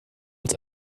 als